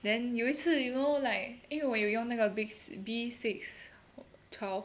then 有一次 you know like 因为我有用那个 B B six twelve